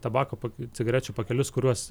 tabako pak cigarečių pakelius kuriuos